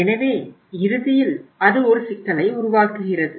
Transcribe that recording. எனவே இறுதியில் அது ஒரு சிக்கலை உருவாக்குகிறது